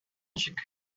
ничек